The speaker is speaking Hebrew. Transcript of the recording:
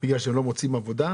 בגלל שהם לא מוצאים עבודה?